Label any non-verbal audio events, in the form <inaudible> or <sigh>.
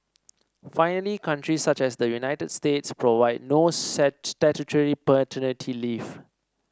finally countries such as the United States provide no <unintelligible> statutory paternity leave